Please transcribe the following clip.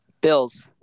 Bills